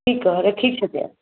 ठीकु आहे रखी छॾियां